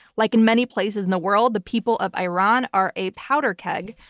like in many places in the world, the people of iran are a powder keg.